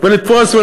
ולטפס,